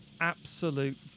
absolute